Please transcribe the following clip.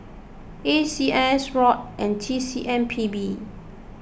A C S Rod and T C M P B